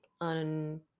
on